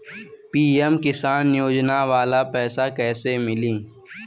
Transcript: PM Kisan योजना वाला पैसा कईसे मिली?